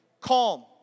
calm